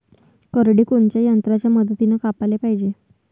करडी कोनच्या यंत्राच्या मदतीनं कापाले पायजे?